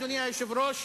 אדוני היושב-ראש,